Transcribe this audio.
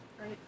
Right